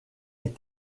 est